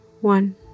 one